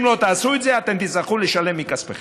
אם לא תעשו את זה אתן תצטרכו לשלם מכספכן.